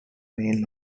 main